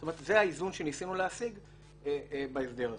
זאת אומרת, זה האיזון שניסינו להשיג בהסדר הזה.